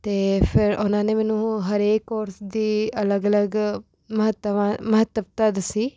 ਅਤੇ ਫਿਰ ਉਹਨਾਂ ਨੇ ਮੈਨੂੰ ਹਰੇਕ ਕੋਰਸ ਦੀ ਅਲੱਗ ਅਲੱਗ ਮਹੱਤਵਾ ਮਹੱਤਤਾ ਦੱਸੀ